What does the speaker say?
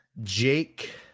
Jake